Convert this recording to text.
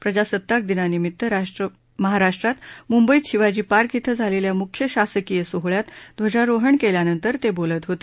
प्रजासत्ताक दिनानिमीत्त महाराष्ट्रात मुंबईत शिवाजी पार्क इथं झालेल्या मुख्य शासकीय सोहळ्यात ध्वजारोहण झाल्यानंतर ते बोलत होते